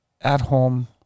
at-home